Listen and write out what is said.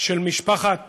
של משפחת